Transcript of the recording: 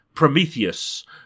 Prometheus